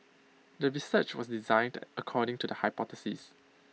the research was designed according to the hypothesis